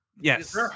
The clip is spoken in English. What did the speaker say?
yes